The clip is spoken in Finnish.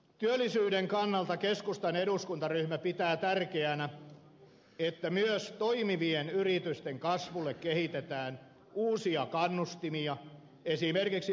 työllisyyden kannalta keskustan eduskuntaryhmä pitää tärkeänä että myös toimivien yritysten kasvulle kehitetään uusia kannustimia esimerkiksi verotuksellisin keinoin